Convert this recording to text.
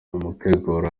amategura